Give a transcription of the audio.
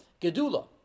Gedula